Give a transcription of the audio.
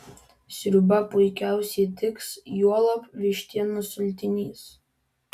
sriuba puikiausiai tiks juolab vištienos sultinys